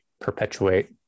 perpetuate